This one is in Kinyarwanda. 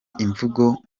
imvugo